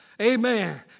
amen